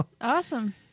Awesome